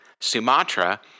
Sumatra